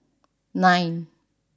nine